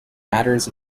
matters